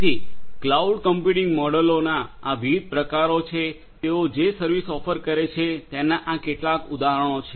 તેથી cloud computing મોડેલોના આ વિવિધ પ્રકારો છે તેઓ જે સર્વિસ ઓફર કરે છે તેનાં આનાં કેટલાક ઉદાહરણો છે